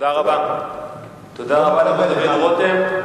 תודה רבה לחבר הכנסת רותם.